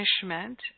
punishment